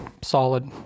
solid